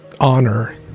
honor